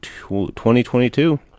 2022